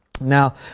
now